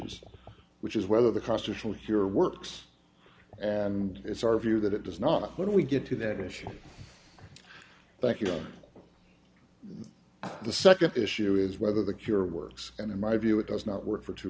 issues which is whether the constitutional here works and it's our view that it does not when we get to that issue thank you the nd issue is whether the cure works and in my view it does not work for two